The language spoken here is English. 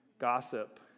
Gossip